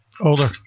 Older